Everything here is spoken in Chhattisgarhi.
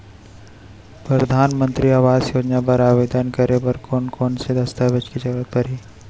परधानमंतरी आवास योजना बर आवेदन करे बर कोन कोन से दस्तावेज के जरूरत परही?